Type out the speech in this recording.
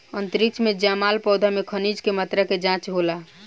अंतरिक्ष में जामल पौधा में खनिज के मात्रा के जाँच भी होला